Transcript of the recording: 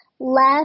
left